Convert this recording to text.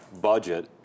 budget